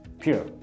Pure